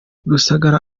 rusagara